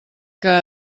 que